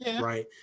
right